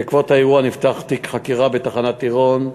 בעקבות האירוע נפתח תיק חקירה בתחנת עירון,